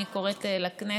אני קוראת לכנסת,